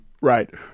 Right